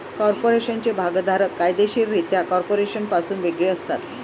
कॉर्पोरेशनचे भागधारक कायदेशीररित्या कॉर्पोरेशनपासून वेगळे असतात